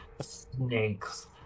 snakes